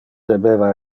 debeva